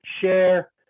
share